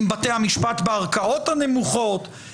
עם בתי המשפט בערכאות הנמוכות,